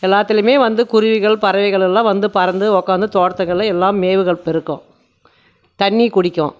எல்லாத்திலையுமே வந்து குருவிகள் பறவைகள் எல்லாம் வந்து பறந்து உட்காந்து தோட்டத்துங்களை எல்லாம் மேவுகள் பெருக்கும் தண்ணி குடிக்கும்